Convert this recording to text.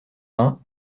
vingt